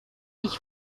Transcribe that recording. ich